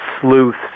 sleuths